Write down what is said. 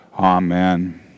Amen